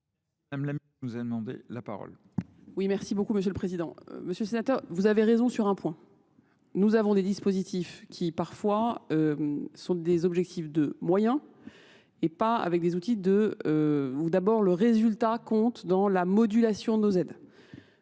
Madame la ministre nous a demandé la parole. Oui, merci beaucoup Monsieur le Président. Monsieur le Sénateur, vous avez raison sur un point. Nous avons des dispositifs qui parfois sont des objectifs de moyens et pas avec des outils où d'abord le résultat compte dans la modulation de nos aides.